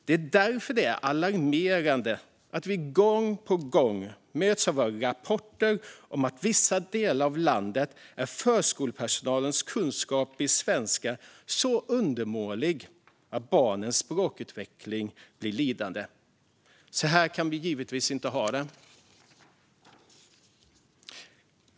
Det är därför alarmerande att vi gång på gång möts av rapporter om att förskolepersonalens kunskaper i svenska i vissa delar av landet är så undermålig att barnens språkutveckling blir lidande. Så kan vi givetvis inte ha det.